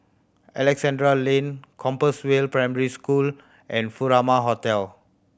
Alexandra Lane Compassvale Primary School and Furama Hotel